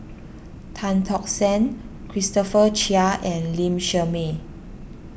Tan Tock San Christopher Chia and Lee Shermay